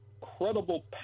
credible